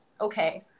Okay